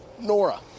Nora